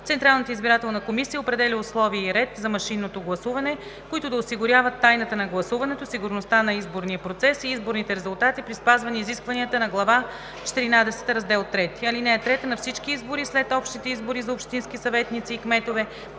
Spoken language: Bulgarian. Централната избирателна комисия определя условия и ред за машинното гласуване, които да осигуряват тайната на гласуването, сигурността на изборния процес и изборните резултати при спазване изискванията на глава четиринадесета, раздел III. (3) На всички избори след общите избори за общински съветници и кметове